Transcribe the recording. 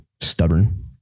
stubborn